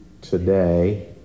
today